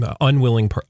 unwilling